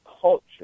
culture